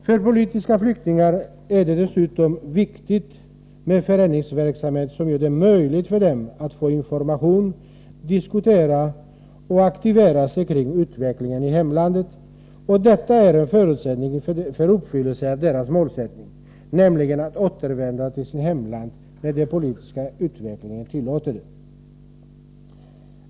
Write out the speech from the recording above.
För politiska flyktingar är det dessutom viktigt att det finns en föreningsverksamhet som gör det möjligt för dem att få information, att diskutera och att aktivera sig i fråga om utvecklingen i hemlandet. Detta är en förutsättning för att de politiska flyktingarna skall kunna uppnå sitt mål, nämligen att återvända till sitt hemland när den politiska utvecklingen tillåter det.